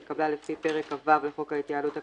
שהתקבלה לפי פרק כ"ו לחוק ההתייעלות הכלכלית,